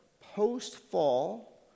post-fall